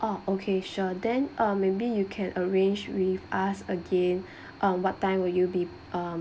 oh okay sure then uh maybe you can arrange with us again on what time will you be um